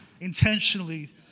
intentionally